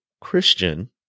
Christian